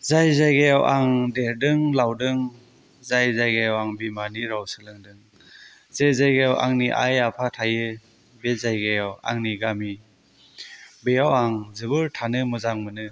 जाय जायगायाव आं देरदों लावदों जाय जायगायाव आं बिमानि राव सोलोंदों जे जायगायाव आंनि आइ आफा थायो बे जायगायाव आंनि गामि बेयाव आं जोबोर थानो मोजां मोनो